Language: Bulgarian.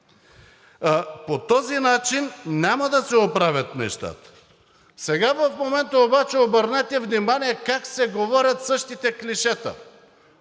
По този начин няма да се оправят нещата. В момента обаче обърнете внимание как се говорят същите клишета.